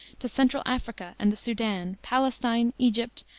to central africa and the soudan, palestine, egypt,